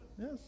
Yes